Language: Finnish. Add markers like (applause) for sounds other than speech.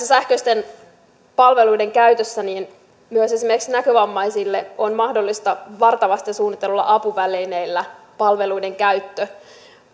(unintelligible) sähköisten palveluiden osalta myös esimerkiksi näkövammaisille on mahdollista varta vasten suunnitelluilla apuvälineillä palveluiden käyttö